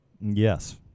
Yes